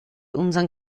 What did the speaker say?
unseren